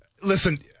Listen –